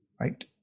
Right